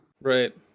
right